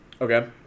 okay